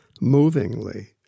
movingly